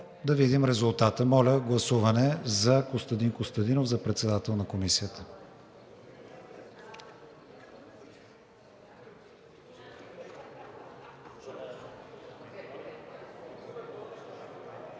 да видим резултата. Моля, гласуване за Костадин Костадинов за председател на Комисията.